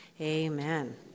Amen